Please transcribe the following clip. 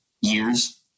years